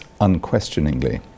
unquestioningly